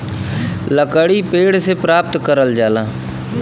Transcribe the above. लकड़ी पेड़ से प्राप्त करल जाला